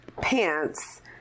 pants